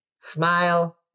smile